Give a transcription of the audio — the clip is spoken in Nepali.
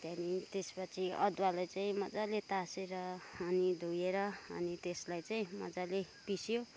त्यहाँदेखि त्यसपछि अदुवालाई चाहिँ मज्जाले ताछेर अनि धोएर अनि त्यसलाई चाहिँ मज्जाले पिस्यो